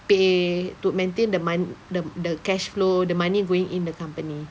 pay to maintain the mon~ the the cash flow the money going in the company